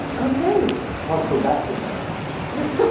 ok it's hard for bats in here, i think yeah